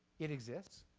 it exists.